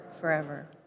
forever